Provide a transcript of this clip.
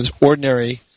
ordinary